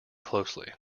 closely